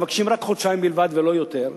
והם מבקשים חודשיים בלבד ולא יותר,